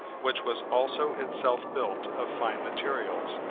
which was also itself built of fine materials,